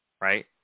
right